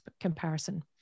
comparison